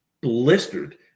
blistered